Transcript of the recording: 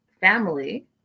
family